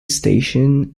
station